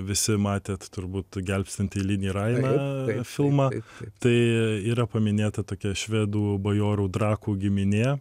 visi matėt turbūt gelbstint eilinį rainą filmą tai yra paminėta tokia švedų bajorų trakų giminė